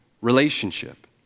relationship